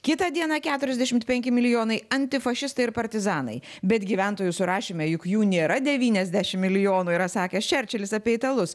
kitą dieną keturiasdešimt penki milijonai antifašistai ir partizanai bet gyventojų surašyme juk jų nėra devyniasdešim milijonų yra sakęs čerčilis apie italus